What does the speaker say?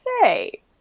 say